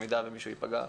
במידה ומישהו ייפגע.